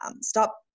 stop